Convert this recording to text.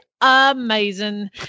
amazing